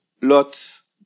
lots